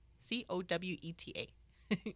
C-O-W-E-T-A